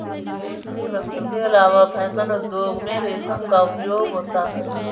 रेशमी वस्त्र के अलावा फैशन उद्योग में रेशम का उपयोग होता है